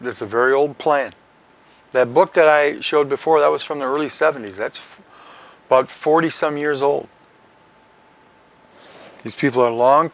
it is a very old play in that book that i showed before that was from the early seventy's that's about forty some years old these people are long